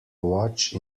watch